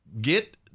get